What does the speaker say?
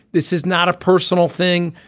this is not a personal thing.